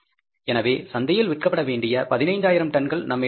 எனவே சந்தையில் விற்கப்பட வேண்டிய 15000 டன்கள் நம்மிடம் உள்ளன